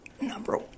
Number